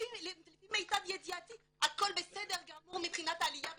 לפי מיטב ידיעתי הכל בסדר גמור מבחינת העלייה מצרפת"